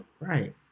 Right